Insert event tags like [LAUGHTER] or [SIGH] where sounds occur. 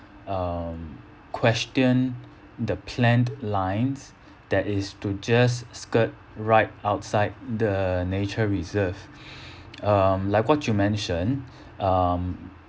um question the planned lines that is to just skirt right outside the nature reserve [BREATH] um like what you mention um